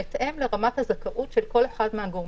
בהתאם לרמת הזכאות של כל אחד מהגורמים.